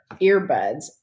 earbuds